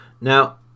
Now